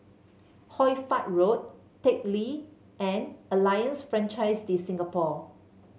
Hoy Fatt Road Teck Lee and Alliance Francaise de Singapour